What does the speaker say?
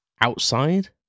outside